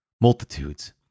Multitudes